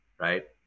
right